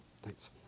Thanks